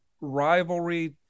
rivalry